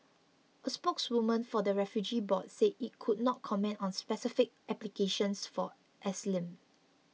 a spokeswoman for the refugee board said it could not comment on specific applications for asylum